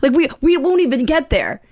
like, we we won't even get there.